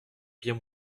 bien